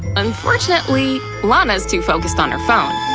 unfortunately, lana's too focused on her phone.